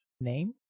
Name